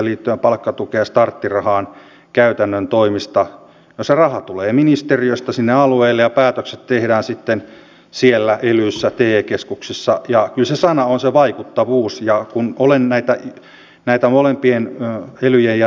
nyt oikeastaan jäin tässä vielä miettimään kun paljon puhutaan tietysti näistä leikkauksista ja ymmärrettävistä syistä siitä että ne kohdentuvat valitettavasti jos näin voi sanoa vähän liian kovallakin voimalla näihin samoihin pienituloisiin ryhmiin